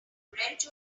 wrench